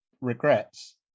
regrets